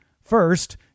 First